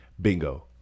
bingo